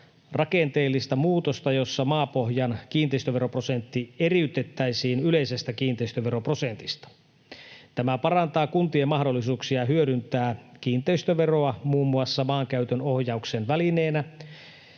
rakenteellista muutosta, jossa maapohjan kiinteistöveroprosentti eriytettäisiin yleisestä kiinteistöveroprosentista. Tämä parantaa kuntien mahdollisuuksia hyödyntää kiinteistöveroa muun muassa maankäytön ohjauksen välineenä